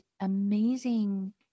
amazing